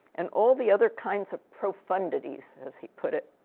and all the other kinds of profundities, as he put it.